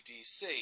dc